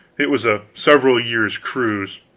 it was a several years' cruise.